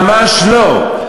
ממש לא.